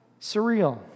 surreal